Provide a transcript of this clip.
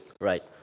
right